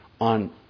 on